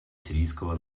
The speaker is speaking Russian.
сирийского